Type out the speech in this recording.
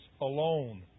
alone